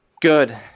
Good